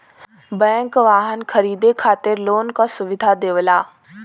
bank वाहन खरीदे खातिर लोन क सुविधा देवला